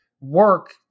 work